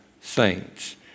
saints